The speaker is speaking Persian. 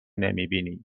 نمیبینی